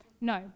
No